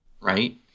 Right